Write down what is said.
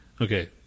Okay